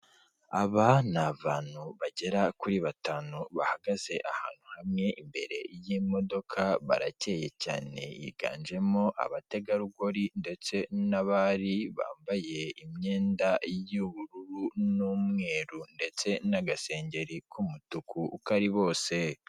Hoteri yitwa Regasi hoteri aho iherereye ikaba ifite amarangi y'umuhondo ndetse avanze na y'umweru, ikaba iri ahantu heza cyane ku muhanda hari amahumbezi hateye n'ibiti bishobora gutanga akayaga.